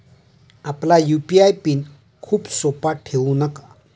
आपला UPI pin खूप सोपा ठेवू नका